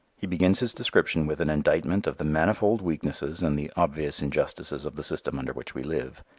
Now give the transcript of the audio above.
he begins his discussion with an indictment of the manifold weaknesses and the obvious injustices of the system under which we live.